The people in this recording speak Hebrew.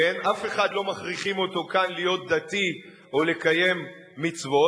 אף אחד לא מכריחים אותו כאן להיות דתי או לקיים מצוות.